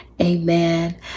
Amen